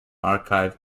archive